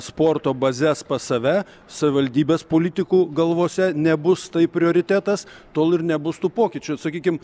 sporto bazes pas save savivaldybės politikų galvose nebus tai prioritetas tol ir nebus tų pokyčių sakykim